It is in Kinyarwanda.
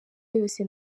yose